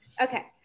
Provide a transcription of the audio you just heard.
Okay